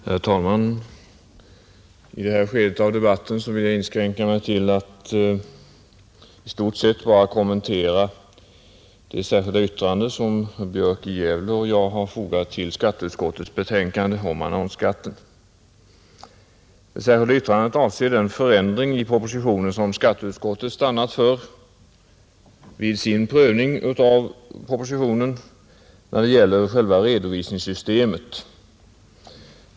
Herr talman! I det här skedet av debatten vill jag inskränka mig till att i stort sett bara kommentera det särskilda yttrande som herr Björk i Gävle och jag fogat till skatteutskottets betänkande om annonsskatten. Det särskilda yttrandet avser den ändring av propositionen som skatteutskottet stannat för när det gäller själva redovisningssystemet.